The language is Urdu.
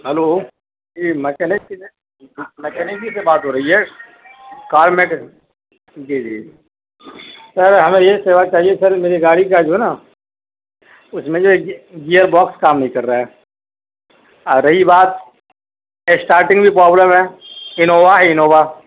ہیلو یہ میکینک جی ہے میکینک جی سے بات ہو رہی ہے کار میں جی جی سر ہمیں یہ سیوا چاہیے سر میری گاڑی کا جو ہے نا اس میں جو ہے گیئر باکس کام نہیں کر رہا ہے رہی بات اسٹارٹنگ میں پرابلم ہے انووا ہے انووا